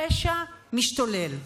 הפשע משתולל.